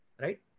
right